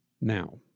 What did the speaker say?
Now